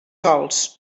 sòls